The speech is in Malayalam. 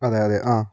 അതെ അതെ ആ